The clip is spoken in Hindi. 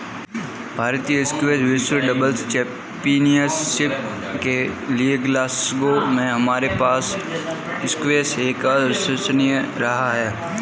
भारतीय स्क्वैश विश्व डबल्स चैंपियनशिप के लिएग्लासगो में हमारे पास स्क्वैश एक अविश्वसनीय रहा है